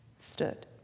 stood